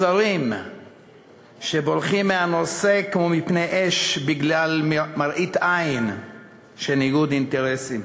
שרים שבורחים מהנושא כמו מפני אש בגלל מראית עין של ניגוד אינטרסים,